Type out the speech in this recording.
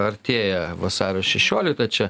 artėja vasario šešiolikta čia